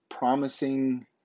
Promising